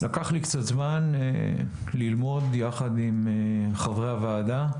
לקח לי קצת זמן ללמוד, יחד עם חברי הוועדה,